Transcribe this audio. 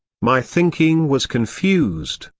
my thinking was confused,